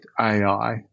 ai